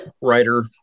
writer